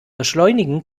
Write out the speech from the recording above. beschleunigen